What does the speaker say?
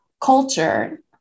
culture